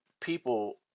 people